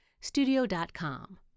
studio.com